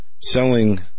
selling